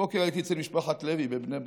הבוקר הייתי אצל משפחת לוי בבני ברק.